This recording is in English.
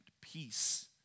peace